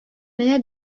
менә